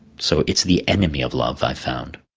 so it's the enemy of love i found.